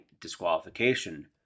disqualification